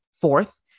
fourth